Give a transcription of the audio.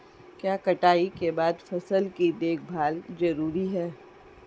क्या कटाई के बाद फसल की देखभाल जरूरी है?